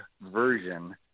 version